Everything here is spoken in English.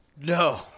No